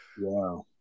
Wow